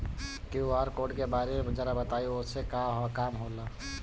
QR code के बारे में जरा बताई वो से का काम होला?